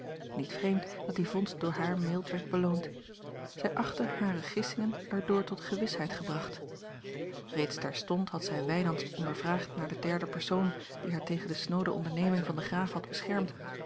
niet vreemd dat die vondst door haar mild werd beloond zij achtte hare gissingen er door tot gewisheid gebracht reeds terstond had zij wijnands ondervraagd naar den derden persoon die haar tegen de snoode onderneming van den graaf had beschermd